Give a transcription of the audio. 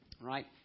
Right